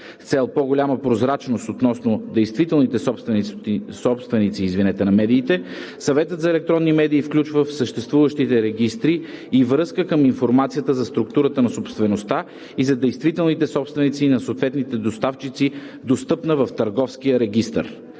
С цел по-голяма прозрачност относно действителните собственици на медиите Съветът за електронни медии включва в съществуващите регистри и връзка към информацията за структурата на собствеността и за действителните собственици на съответните доставчици, достъпна в Търговския регистър.